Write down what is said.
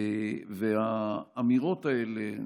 האמירות האלה,